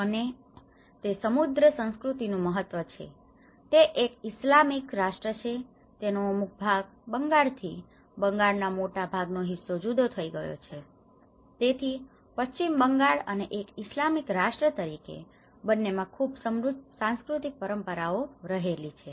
અને તે સમૃદ્ધ સંસ્કૃતિ નું મહત્વ છે તે એક ઇસ્લામિક રાષ્ટ્ર છે તેનો અમુક ભાગ બંગાળ થી બંગાળ નો મોટા ભાગ નો હિસ્સો જુદો ગયો છે તેથી પશ્ચિમ બંગાળ અને એક ઇસ્લામિક રાષ્ટ્ર તરીકે બંને માં ખુબ સમૃદ્ધ સાંસ્કૃતિક પરંપરાઓ રહેલી છે